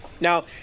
Now